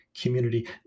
community